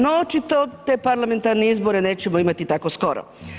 No očito te parlamentarne izbore nećemo imati tako skoro.